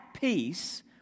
peace